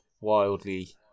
wildly